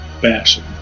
fashion